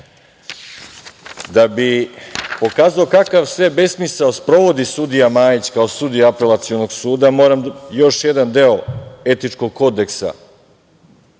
bi pokazao kakav sve besmisao sprovodi sudija Majić kao sudija Apelacionog suda, moram još jedan deo Etičkog kodeksa